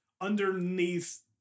underneath